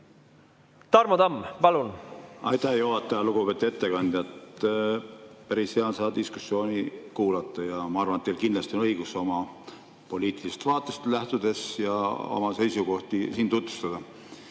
Tarmo Tamm, palun! Aitäh, juhataja! Lugupeetud ettekandja! Päris hea on seda diskussiooni kuulata. Ma arvan, et teil kindlasti on õigus oma poliitilisest vaatest lähtudes oma seisukohti siin tutvustada.